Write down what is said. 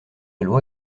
loi